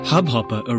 Hubhopper